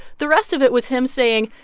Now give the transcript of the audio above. the rest of it was him saying,